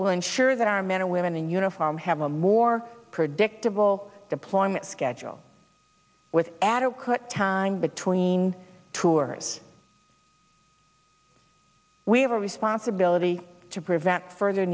will ensure that our men and women in uniform have a more predictable deployment schedule with adequate time between tours we have a responsibility to prevent further